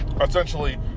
essentially